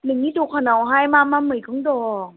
नोंनि दखानआवहाय मा मा मैगं दं